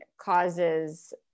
causes